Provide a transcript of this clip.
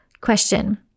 Question